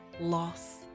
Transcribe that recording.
loss